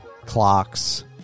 clocks